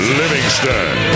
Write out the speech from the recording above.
livingston